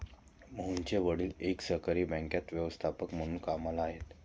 मोहनचे वडील एका सहकारी बँकेत व्यवस्थापक म्हणून कामला आहेत